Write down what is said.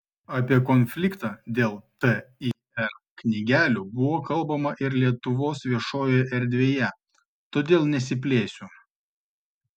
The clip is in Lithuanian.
apie konfliktą dėl tir knygelių buvo kalbama ir lietuvos viešojoje erdvėje todėl nesiplėsiu